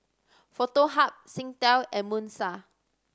Foto Hub Singtel and Moon Star